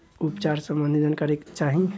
उपचार सबंधी जानकारी चाही?